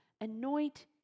anoint